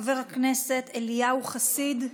חבר הכנסת אליהו חסיד,